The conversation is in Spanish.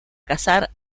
cazar